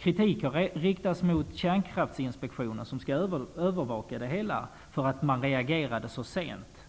Kritik har riktats mot Kärnkraftsinspektionen, som skall sköta övervakningen av det hela, för att man reagerade så sent.